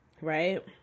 right